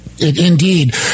Indeed